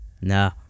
No